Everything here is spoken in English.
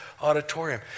auditorium